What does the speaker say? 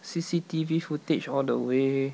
C_C_T_V footage all the way